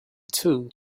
too